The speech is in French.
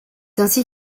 ainsi